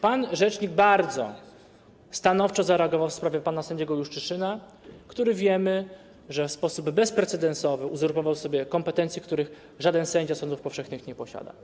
Pan rzecznik bardzo stanowczo zareagował w sprawie pana sędziego Juszczyszyna, który wiemy, że w sposób bezprecedensowy uzurpował sobie kompetencje, których żaden sędzia sądów powszechnych nie posiada.